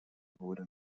wurde